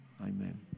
amen